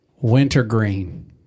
Wintergreen